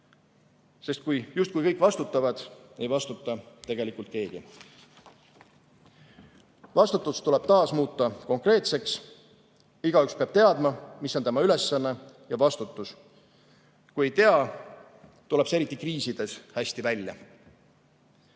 sest kui justkui kõik vastutavad, ei vastuta tegelikult keegi. Vastutus tuleb taas muuta konkreetseks. Igaüks peab teadma, mis on tema ülesanne ja vastutus. Kui ei tea, tuleb see kriisides eriti hästi